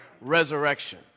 resurrection